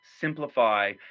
simplify